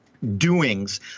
Doings